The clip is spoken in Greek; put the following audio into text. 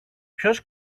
ποιος